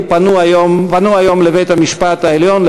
פנו היום לבית-המשפט העליון,